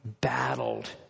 battled